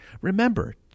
Remember